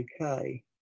okay